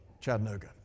Chattanooga